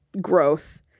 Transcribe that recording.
growth